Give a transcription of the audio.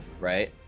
right